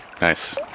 Nice